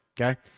okay